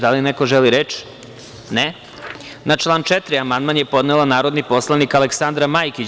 Da li neko želi reč? (Ne.) Na član 4. amandman je podneo narodni poslanik Aleksandra Majkić.